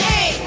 Hey